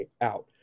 out